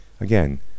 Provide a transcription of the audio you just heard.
Again